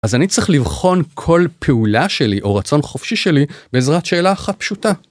אז אני צריך לבחון כל פעולה שלי, או רצון חופשי שלי, בעזרת שאלה אחת פשוטה.